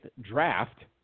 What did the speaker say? draft